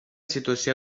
situació